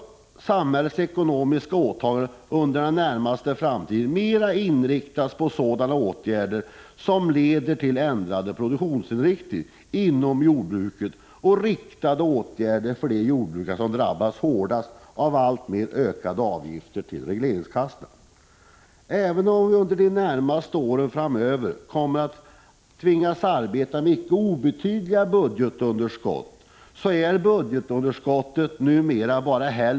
Samhällets ekonomiska åtaganden borde under den närmaste framtiden mera inriktas på åtgärder som leder till ändring av produktionsinriktningen inom jordbruket och på selektiva insatser för de jordbrukare som drabbas hårdast av alltmer ökade avgifter till regleringskassorna. Även om vi de närmaste åren framöver kommer att tvingas att arbeta med icke obetydliga budgetunderskott, är budgetunderskottet numera bara Prot.